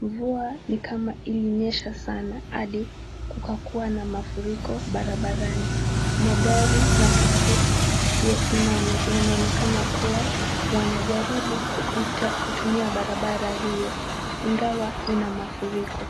mvua ni kama ilinyesha sana hadi kukakuwa na mafuriko barabarani magari na tuktuk yanaonekana kuwa wanajaribu kutumia barabara hiyo ingawa ina mafuriko.